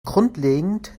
grundlegend